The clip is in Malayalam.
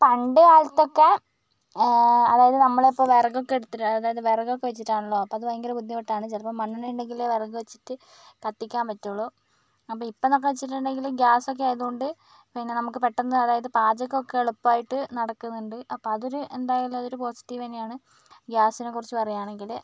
പണ്ട് കാലത്തൊക്കെ അതായത് നമ്മളിപ്പോൾ വിറകൊക്കെ എടുത്തിട്ട് അതായത് വിറകൊക്കെ വച്ചിട്ടാണല്ലോ അപ്പം അത് ഭയങ്കര ബുദ്ധിമുട്ടാണ് ചിലപ്പോൾ മണ്ണെണ്ണ ഉണ്ടെങ്കിൽ വിറക് വച്ചിട്ട് കത്തിക്കാൻ പറ്റുകയുള്ളൂ അപ്പം ഇപ്പോഴെന്ന് വച്ചിട്ടുണ്ടെങ്കിൽ ഗ്യാസൊക്കെ ആയത്കൊണ്ട് പിന്നെ നമുക്ക് പെട്ടെന്ന് അതായത് പാചകം ഒക്കെ എളുപ്പമായിട്ട് നടക്കുന്നുണ്ട് അപ്പോൾ അതൊരു എന്തായാലും അതൊരു പോസിറ്റീവ് തന്നെയാണ് ഗ്യാസിനെക്കുറിച്ച് പറയുകയാണെങ്കിൽ